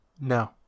No